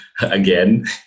again